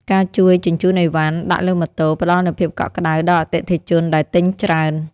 ការជួយជញ្ជូនឥវ៉ាន់ដាក់លើម៉ូតូផ្ដល់នូវភាពកក់ក្ដៅដល់អតិថិជនដែលទិញច្រើន។